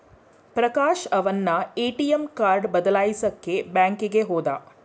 ಪ್ರಕಾಶ ಅವನ್ನ ATM card ಬದಲಾಯಿಸಕ್ಕೇ ಬ್ಯಾಂಕಿಗೆ ಹೋದ